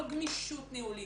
לא גמישות ניהולית,